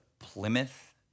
Plymouth